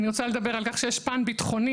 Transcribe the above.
אני רוצה לדבר על כך שיש פן ביטחוני,